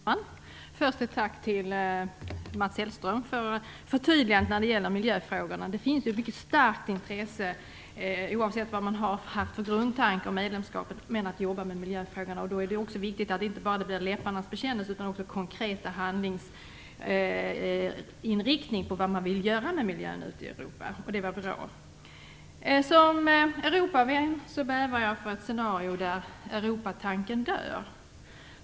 Herr talman! Först vill jag tacka Mats Hellström för förtydligandet när det gäller miljöfrågorna. Det finns ett mycket starkt intresse, oavsett vad man har haft för grundtanke om medlemskapet, för att jobba med miljöfrågorna. Då är det också viktigt att det inte bara blir en läpparnas bekännelse utan också en konkret handlingsinriktning i fråga om vad man vill göra med miljön ute i Europa. Det var bra. Som Europavän bävar jag för ett scenario där Europatanken dör.